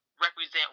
represent